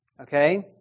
Okay